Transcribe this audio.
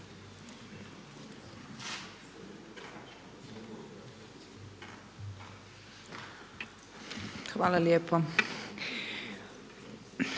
Hvala lijepo.